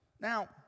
Now